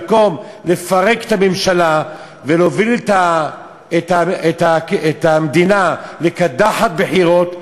במקום לפרק את הממשלה ולהוביל את המדינה לקדחת בחירות,